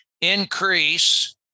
increase